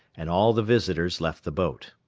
and all the visitors left the boat.